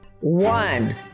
One